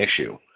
issue